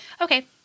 Okay